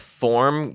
form